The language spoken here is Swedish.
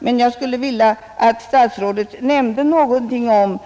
Jag skulle emellertid önska att statsrådet nämnde någonting om